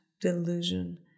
delusion